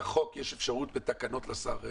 בחוק יש אפשרות בתקנות לשר להחריג?